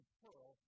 pearl